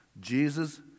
Jesus